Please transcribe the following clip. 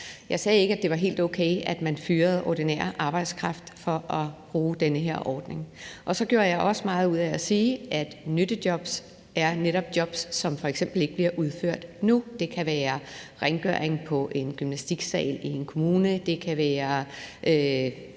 Jeg sagde ikke, at det var helt okay, hvis man fyrede den ordinære arbejdskraft for at bruge den her ordning. Og så gjorde jeg også meget ud af at sige, at nyttejobs netop er jobs, som f.eks. ikke bliver udført nu; det kan være rengøring i en gymnastiksal i en kommune; det kan være